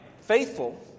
faithful